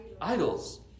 Idols